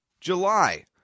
July